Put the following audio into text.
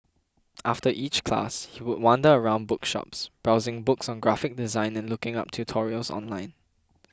after each class he would wander around bookshops browsing books on graphic design and looking up tutorials online